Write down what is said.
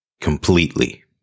completely